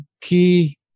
key